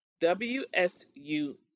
WSU